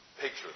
Picture